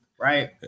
right